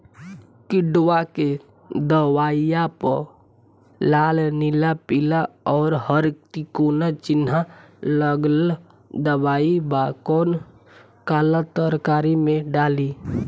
किड़वा के दवाईया प लाल नीला पीला और हर तिकोना चिनहा लगल दवाई बा कौन काला तरकारी मैं डाली?